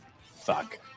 Fuck